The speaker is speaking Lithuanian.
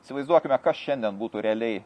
įsivaizduokime kas šiandien būtų realiai